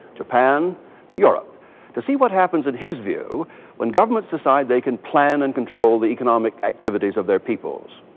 japan, and to europe to see what happens in his view when governments decide they can plan and control the economic activities of their peoples.